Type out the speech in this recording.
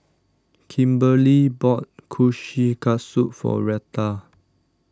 Kimberli bought Kushikatsu for Reta